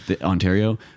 Ontario